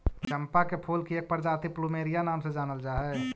चंपा के फूल की एक प्रजाति प्लूमेरिया नाम से जानल जा हई